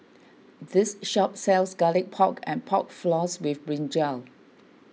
this shop sells Garlic Pork and Pork Floss with Brinjal